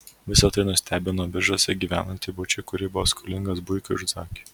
visa tai nustebino biržuose gyvenantį būčį kuri buvo skolingas buikui ir zakiui